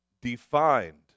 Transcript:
defined